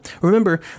Remember